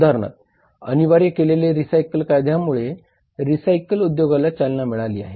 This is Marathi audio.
उदाहरणार्थ अनिवार्य केलेले रिसायकल कायद्यांमुळे रीसायकल उद्योगाला चालना मिळाली आहे